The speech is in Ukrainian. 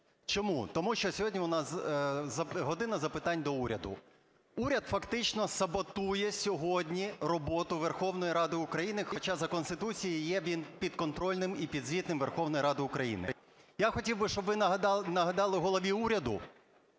Чому? Тому що сьогодні у нас "година запитань до Уряду". Уряд фактично саботує сьогодні роботу Верховної Ради України, хоча за Конституцією є підконтрольним і підзвітним Верховній Раді України. Я хотів би, щоб ви нагадали голові уряду,